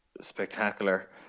spectacular